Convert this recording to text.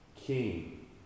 King